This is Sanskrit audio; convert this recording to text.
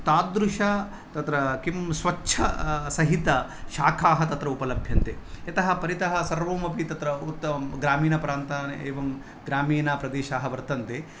तादृश तत्र किं स्वच्छ सहित शाखाः तत्र उपलभ्यन्ते यतः परितः सर्वमपि तत्र उत्त ग्रामीनप्रान्त एवं ग्रामीनप्रदेशः वर्तन्ते